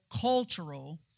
cultural